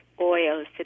oils